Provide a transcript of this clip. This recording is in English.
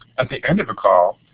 at the end of a call,